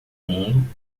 mundo